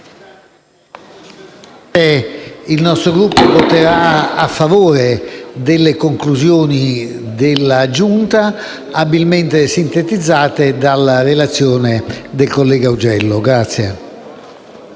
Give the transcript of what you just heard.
il nostro Gruppo voterà a favore delle conclusioni della Giunta, abilmente sintetizzate dalla relazione del collega Augello.